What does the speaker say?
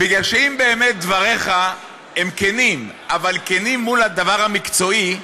אם באמת דבריך כנים, אבל כנים מול הדבר המקצועי,